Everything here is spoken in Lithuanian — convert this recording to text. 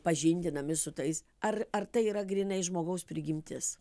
pažindinami su tais ar ar tai yra grynai žmogaus prigimtis